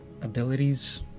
abilities